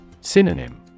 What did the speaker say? Synonym